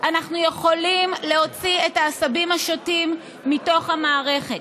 אנחנו יכולים להוציא את העשבים השוטים מתוך המערכת.